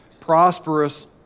prosperous